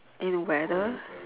and weather